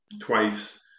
twice